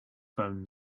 phone